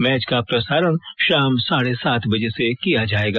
match का प्रसारण शाम साढ़े सात बजे से किया जायेगा